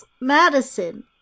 Madison